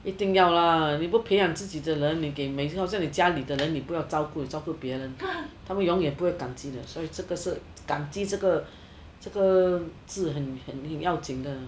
一定要啦你不培养自己的人你给每个我好像你家里的人不要照顾你照顾别人他们永远不会感激的所以这个事感激这个字很要紧的